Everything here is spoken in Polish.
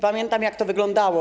Pamiętam, jak to wyglądało.